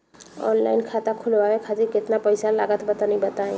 Online खाता खूलवावे खातिर केतना पईसा लागत बा तनि बताईं?